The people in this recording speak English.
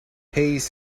hayes